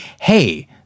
hey